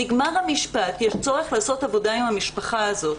נגמר המשפט, יש צורך לעשות עבודה עם המשפחה הזאת.